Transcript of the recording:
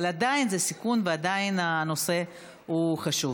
אבל עדיין, זה סיכון, ועדיין הנושא חשוב.